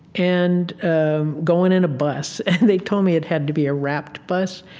and going in a bus. and they told me it had to be a wrapped bus.